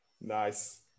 Nice